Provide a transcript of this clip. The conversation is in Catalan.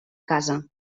casa